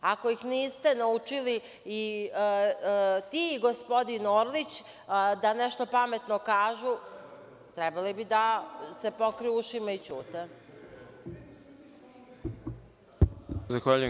Ako ih niste naučili i vi i gospodin Orlić, da nešto pametno kažu, trebali bi da se pokriju ušima i da ćute.